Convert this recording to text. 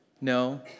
No